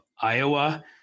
Iowa